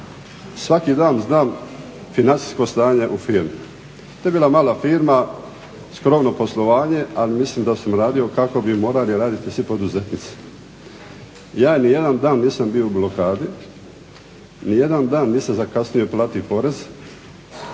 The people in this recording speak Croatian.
svaki dan znam financijsko stanje u firmi. To je bila mala firma, skromno poslovanje, ali mislim da sam radio kako bi morali raditi svi poduzetnici. Ja nijedan dan nisam bio u blokadi, nije dan nisam zakasnio platit porez,